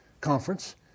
conference